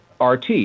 rt